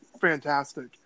fantastic